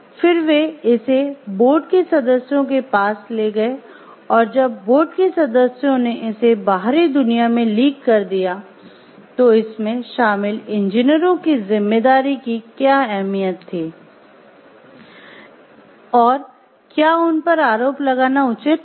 फिर वे इसे बोर्ड के सदस्यों के पास ले गए और जब बोर्ड के सदस्यों ने इसे बाहरी दुनिया में लीक कर दिया तो इसमें शामिल इंजीनियरों की जिम्मेदारी की क्या अहमियत थी और क्या उन पर आरोप लगाना उचित था